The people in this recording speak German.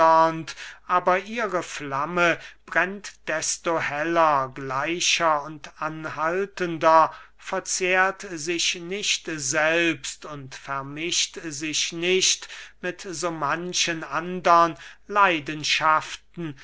aber ihre flamme brennt desto heller gleicher und anhaltender verzehrt sich nicht selbst und vermischt sich nicht mit so manchen andern leidenschaften